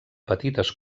petites